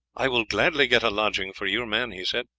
i will gladly get a lodging for your men, he said,